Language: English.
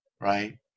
right